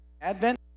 Advent